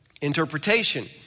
interpretation